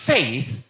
Faith